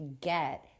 get